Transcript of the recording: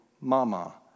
mama